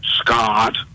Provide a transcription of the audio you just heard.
Scott